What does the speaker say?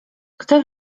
kto